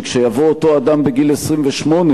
שכשיבוא אותו אדם בגיל 28,